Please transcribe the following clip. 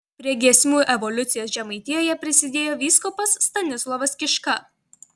prie giesmių evoliucijos žemaitijoje prisidėjo vyskupas stanislovas kiška